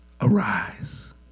arise